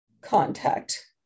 contact